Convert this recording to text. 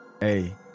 Hey